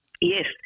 Yes